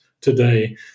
today